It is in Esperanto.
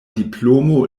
diplomo